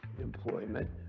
employment